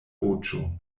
voĉo